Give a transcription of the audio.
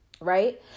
right